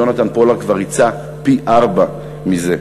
יהונתן פולארד כבר ריצה פי-ארבעה מזה.